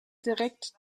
direkt